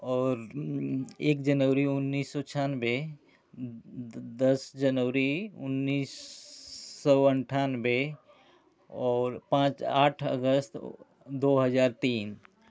और एक जनवरी उन्नीस सौ छियानवे दस जनवरी उन्नीस सौ अंठानवे और पाँच आठ अगस्त दो हजार तीन